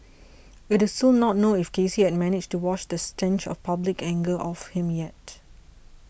it is still not known if Casey had managed to wash the stench of public anger off him yet